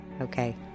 Okay